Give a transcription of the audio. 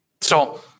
So-